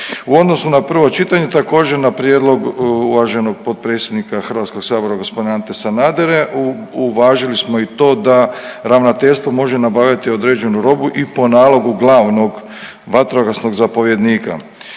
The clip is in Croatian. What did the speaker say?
U odnosu na prvo čitanje također na prijedlog uvaženog potpredsjednika Hrvatskoga sabora gospodina Ante Sanadera uvažili smo i to da ravnateljstvo može nabavljati određenu robu i po nalogu glavnog vatrogasnog zapovjednika.